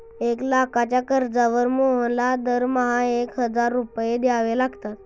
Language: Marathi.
एक लाखाच्या कर्जावर मोहनला दरमहा एक हजार रुपये द्यावे लागतात